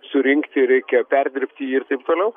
surinkti reikia perdirbti jį ir taip toliau